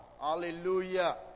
Hallelujah